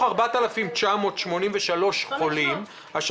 4,983 חולים,